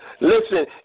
Listen